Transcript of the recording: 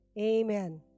amen